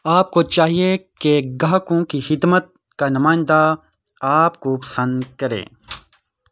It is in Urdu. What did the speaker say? آپ کو چاہیے کہ گاہکوں کی خدمت کا نمائندہ آپ کو پسند کرے